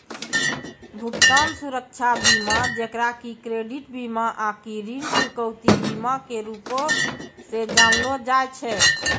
भुगतान सुरक्षा बीमा जेकरा कि क्रेडिट बीमा आकि ऋण चुकौती बीमा के रूपो से जानलो जाय छै